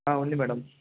ఉంది మేడం